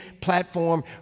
platform